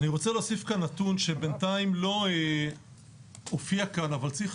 אני רוצה להוסיף נתון שבינתיים לא הופיע כאן אבל צריך